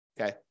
Okay